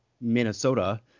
Minnesota